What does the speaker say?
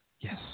Yes